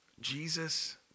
Jesus